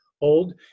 old